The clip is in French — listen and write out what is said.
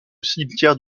cimetière